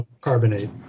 carbonate